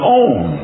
own